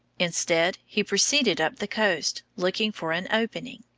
instead, he proceeded up the coast, looking for an opening.